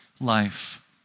life